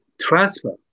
transfer